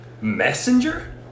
Messenger